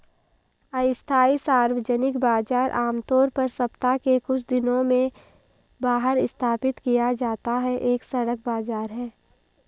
अस्थायी सार्वजनिक बाजार, आमतौर पर सप्ताह के कुछ दिनों में बाहर स्थापित किया जाता है, एक सड़क बाजार है